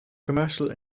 commercial